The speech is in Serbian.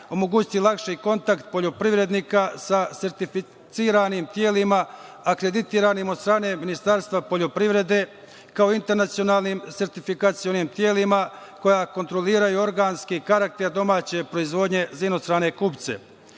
omogućiti lakši kontakt poljoprivrednika sa sertificiranim telima akreditiranim od strane Ministarstva poljoprivrede, kao internacionalnim sertifikacionim telima koja kontroliraju organski karakter domaće proizvodnje za inostrane kupce